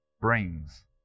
brings